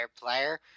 player